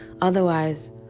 Otherwise